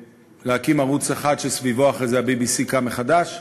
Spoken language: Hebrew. ערוץ אחד שסביבו אחרי זה ה-BBC קם מחדש,